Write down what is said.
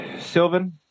Sylvan